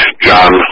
John